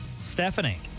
Stephanie